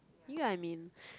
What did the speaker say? you get what I mean